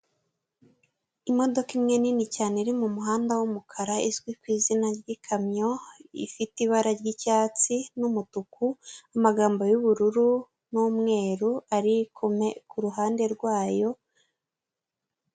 Imodoka imwe nini cyane iri mumuhanda w'umukara izwi ku izina ry'ikamyo, ifite ibara ry'icyatsi n'umutuku, amagambo y'ubururu n'umweru, ari kumwe ku ruhande rwayo.